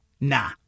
nah